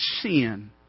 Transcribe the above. sin